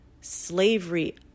slavery